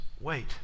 wait